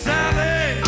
Sally